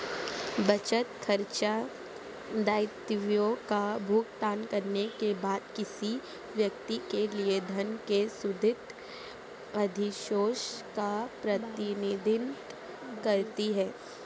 बचत, खर्चों, दायित्वों का भुगतान करने के बाद किसी व्यक्ति के लिए धन के शुद्ध अधिशेष का प्रतिनिधित्व करती है